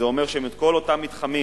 זה אומר שבכל אותם המתחמים